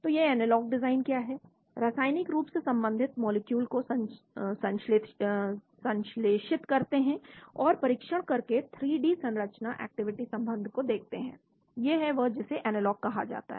तो यह analogue design क्या है रासायनिक रूप से संबंधित मॉलिक्यूल को संश्लेषित करते हैं और परीक्षण करके 3 डी संरचना एक्टिविटी संबंध को देखते हैं यह है जिसे एनालॉग कहा जाता है